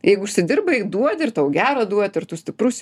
jeigu užsidirbai duodi ir tau gera duoti ir tu stiprus